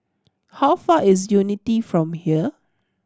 how far is Unity from here